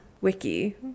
wiki